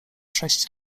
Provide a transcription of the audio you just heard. sześć